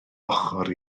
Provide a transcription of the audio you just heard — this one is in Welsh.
ochr